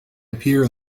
appear